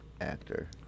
actor